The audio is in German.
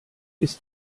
ist